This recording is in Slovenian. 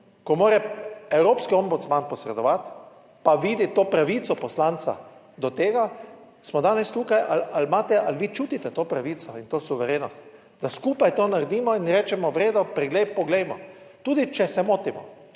ko mora evropski ombudsman posredovati, pa vidi to pravico poslanca do tega, smo danes tukaj ali imate, ali vi čutite to pravico in to suverenost, da skupaj to naredimo in rečemo, v redu, poglejmo, tudi če se motimo.